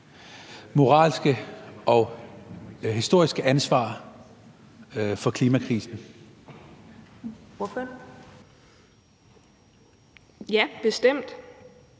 moralske og historiske ansvar for klimakrisen. Kl.